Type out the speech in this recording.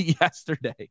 yesterday